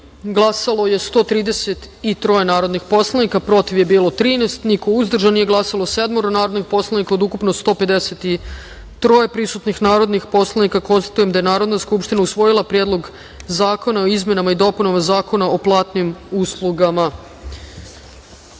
glasalo je 133 narodnih poslanika, protiv je bilo 13, niko uzdržan, nije glasalo sedmoro narodnih poslanika od ukupno 153 narodna poslanika. Konstatujem da Narodna skupština usvojila Predlog zakona o izmenama i dopunama Zakona o platnim uslugama. PREDLOG